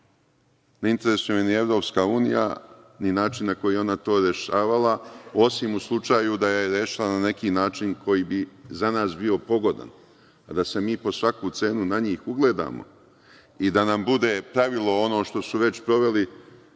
ne interesuje mi ne EU, ni način na koji je ona to rešavala, osim u slučaju da je rešila na neki način koji bi za nas bio pogodan, a da se mi po svaku cenu na njih ugledamo, i da nam bude pravilo ono što su već proveli,